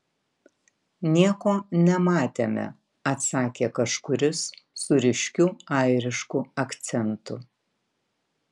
nieko nematėme atsakė kažkuris su ryškiu airišku akcentu